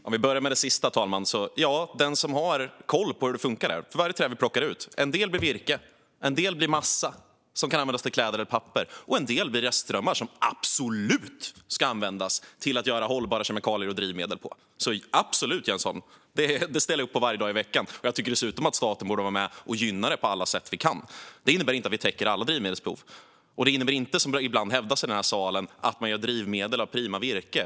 Herr talman! Om vi börjar med det sista: Ja, den som har koll på hur det funkar vet att det av varje träd vi plockar ut är en del som blir virke, en del som blir massa som kan användas till kläder eller papper och en del som blir restströmmar - som absolut ska användas till att göra hållbara kemikalier och drivmedel. Det ställer jag absolut upp på, Jens Holm, varje dag i veckan! Jag tycker dessutom att staten borde vara med och gynna det på alla sätt vi kan. Det täcker inte alla drivmedelsbehov, och det innebär inte - vilket ibland hävdas i den här salen - att man gör drivmedel av prima virke.